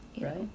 right